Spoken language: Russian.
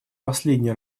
последний